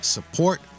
Support